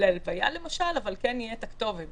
להלוויה למשל, אבל כן תהיה הכתובת.